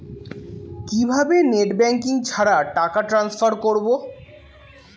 কিভাবে net banking ছাড়া টাকা টান্সফার করব?